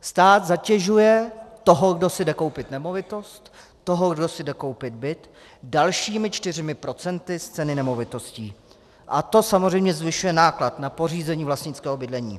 Stát zatěžuje toho, kdo si jde koupit nemovitost, toho, kdo si jde koupit byt, dalšími čtyřmi procenty z ceny nemovitostí a to samozřejmě zvyšuje náklad na pořízení vlastnického bydlení.